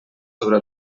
sobre